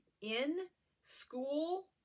in-school